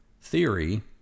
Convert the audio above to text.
Theory